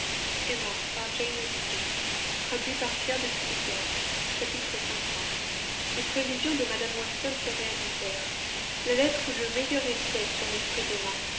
les prévisions de mme weston se réalisèrent la lettre eut le meilleur effet sur l'esprit d'emma